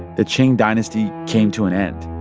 the qing dynasty came to an end.